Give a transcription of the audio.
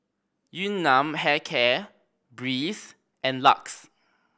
Yun Nam Hair Care Breeze and LUX